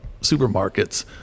supermarkets